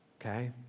okay